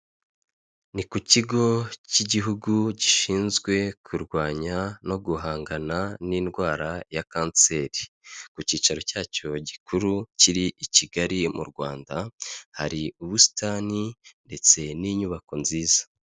Ni ku kigo cy'igihugu gishinzwe kurwanya no guhangana n'indwara ya kanseri ku cyicaro cyacyo gikuru kiri i Kigali mu Rwanda hari ubusitani ndetse n'inyubako nziza.